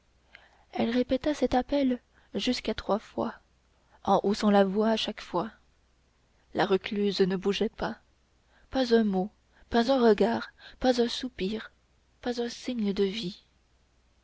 elle répéta cet appel jusqu'à trois fois en haussant la voix à chaque fois la recluse ne bougea pas pas un mot pas un regard pas un soupir pas un signe de vie